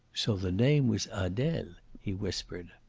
so the name was adele, he whispered.